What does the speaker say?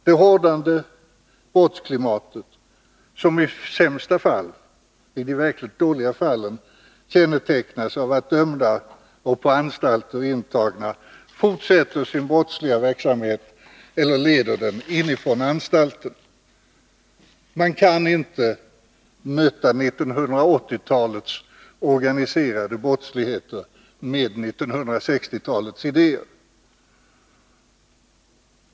Det hårdnande brottsklimatet, som i sämsta fall — i de verkligt dåliga fallen — kännetecknas av att dömda och på anstalter intagna fortsätter sin brottsliga verksamhet eller leder den inifrån anstalten. Man kan inte möta 1980-talets organiserade brottslighet med 1960-talets idéer.